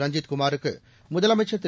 ரஞ்சித் குமாருக்கு முதலமைச்சர் திரு